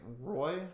Roy